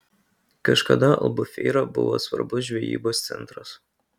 kažkada albufeira buvo svarbus žvejybos centras